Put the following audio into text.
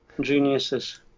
geniuses